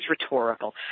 rhetorical